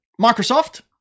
Microsoft